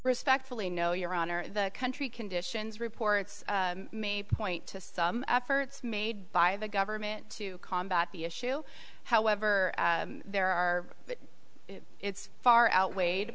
respectfully no your honor the country conditions reports may point to some efforts made by the government to combat the issue however there are it's far outweighed